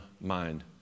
mind